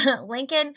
lincoln